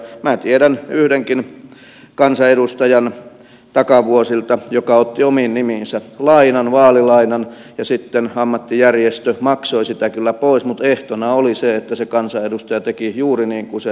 minä tiedän yhdenkin kansanedustajan takavuosilta joka otti omiin nimiinsä lainan vaalilainan ja sitten ammattijärjestö maksoi sitä kyllä pois mutta ehtona oli se että se kansanedustaja teki juuri niin kuin se vaalirahoittaja vaati